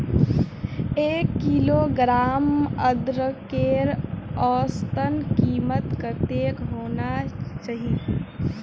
एक किलोग्राम अदरकेर औसतन कीमत कतेक होना चही?